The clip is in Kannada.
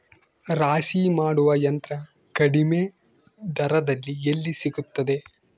ರಾಶಿ ಮಾಡುವ ಯಂತ್ರ ಕಡಿಮೆ ದರದಲ್ಲಿ ಎಲ್ಲಿ ಸಿಗುತ್ತದೆ?